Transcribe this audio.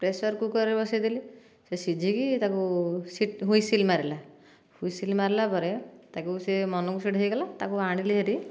pressure cooker ରେ ବସେଇଦେଲି ସେ ସିଝିକି ତାକୁ ସେ ହ୍ୱିସିଲ ମାରିଲା ହ୍ୱିସିଲ ମାରିଲା ପରେ ତାକୁ ସେ ମନକୁ ସେଟ ହେଇଗଲା ତାକୁ ଆଣିଲି ହେରି